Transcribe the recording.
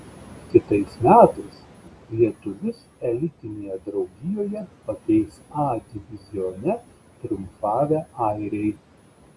kitais metais lietuvius elitinėje draugijoje pakeis a divizione triumfavę airiai